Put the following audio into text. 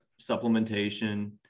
supplementation